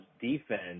defense